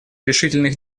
решительных